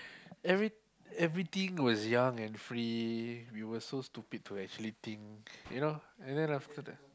every everything was young and free we were so stupid to actually think you know and then after that